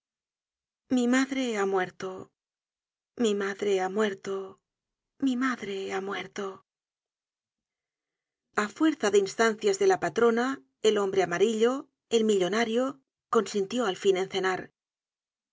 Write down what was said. mi madre ha muerto mi madre ha muerto mi madre ha muerto a fuerza de instancias de la patrona el hombre amarillo el millonario consintió al fin en cenar